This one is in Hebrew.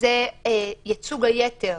הוא ייצוג היתר